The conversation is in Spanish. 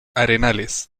arenales